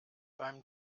beim